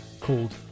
called